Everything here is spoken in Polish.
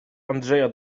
andrzeja